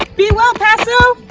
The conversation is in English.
be well paso!